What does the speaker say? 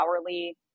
hourly